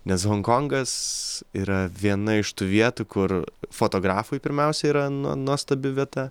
nes honkongas yra viena iš tų vietų kur fotografui pirmiausia yra nuo nuostabi vieta